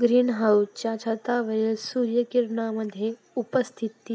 green हाउसच्या छतावरील सूर्य किरणांमध्ये उपस्थित